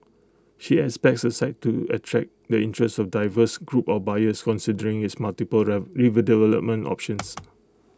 she expects the site to attract the interest of diverse group of buyers considering its multiple redevelopment options